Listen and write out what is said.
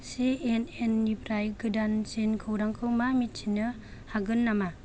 सिएनएननिफ्राय गोदानसिन खौरांखौ मा मिन्थिनो हागोन नामा